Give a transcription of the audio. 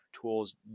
tools